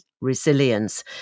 resilience